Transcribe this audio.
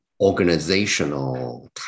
organizational